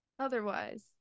Otherwise